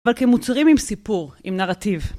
אבל כמוצרים עם סיפור, עם נרטיב.